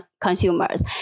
consumers